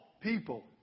people